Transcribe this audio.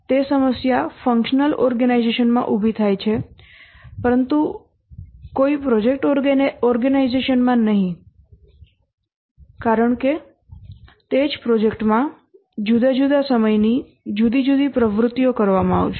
તે સમસ્યા functional organisation માં ઉભી થાય છે પરંતુ કોઈ પ્રોજેક્ટ ઓર્ગેનાઇઝેશનમાં નહીં કારણ કે તે જ પ્રોજેક્ટમાં જુદા જુદા સમયની જુદી જુદી પ્રવૃત્તિઓ કરવામાં આવશે